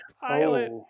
pilot